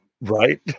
Right